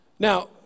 Now